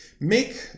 make